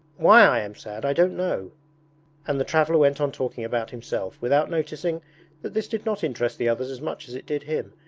why i am sad i don't know and the traveller went on talking about himself, without noticing that this did not interest the others as much as it did him.